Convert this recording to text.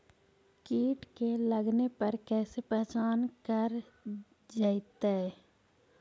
कीट के लगने पर कैसे पहचान कर जयतय?